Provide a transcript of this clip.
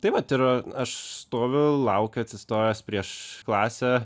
taip vat ir aš stoviu laukiu atsistojęs prieš klasę